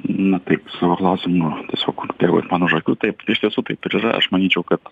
na taip savo klausimu tiesiog man už akių taip iš tiesų taip ir yra aš manyčiau kad